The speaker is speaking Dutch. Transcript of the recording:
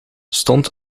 stond